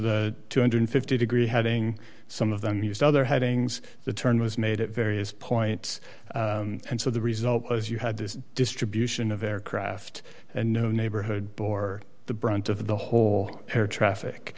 the two hundred and fifty degree having some of them used other headings the turn was made at various points and so the result was you had this distribution of aircraft and no neighborhood bore the brunt of the whole air traffic